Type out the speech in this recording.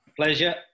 Pleasure